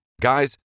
Guys